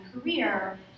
career